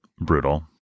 brutal